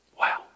Wow